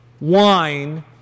wine